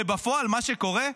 ובפועל, מה שקורה,